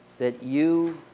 that you